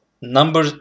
number